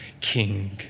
King